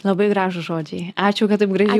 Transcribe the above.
labai gražūs žodžiai ačiū kad taip gražiai